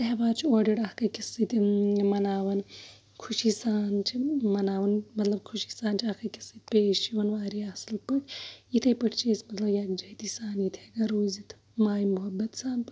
تیٚہوار چھُ اورٕ یورٕ اکھ أکِس سۭتۍ مَناوان خوشی سان چھِ مَناوان مطلب خوشی سان چھِ اکھ أکِس سۭتۍ پیش یِوان واریاہ اَصٕل پٲٹھۍ یِتھٕے پٲٹھۍ چھِ أسۍ مطلب یَکجہٲتی سان ییٚتہِ ہٮ۪کان روٗزِتھ ماے مُحبت سان